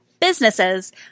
businesses